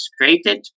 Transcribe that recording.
created